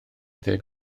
ddeg